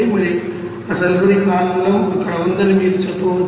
మరియు ఆ సల్ఫ్యూరిక్ ఆమ్లం అక్కడ ఉందని మీరు చెప్పవచ్చు